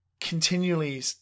continually